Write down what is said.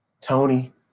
Tony